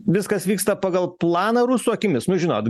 viskas vyksta pagal planą rusų akimis nu žinot